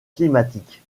climatique